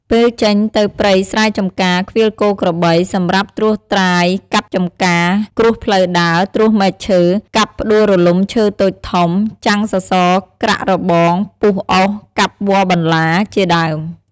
ពេលចេញទៅព្រៃស្រែចម្ការ ឃ្វាលគោក្របី សម្រាប់ត្រួសត្រាយកាប់ចម្ការ គ្រួសផ្លូវដើរ ត្រួសមែកឈើ កាប់ផ្ដួលរលំឈើតូចធំ ចាំងសសរក្រាក់របង ពុះអុស កាប់វល្លិ៍បន្ទា ជាដើម ។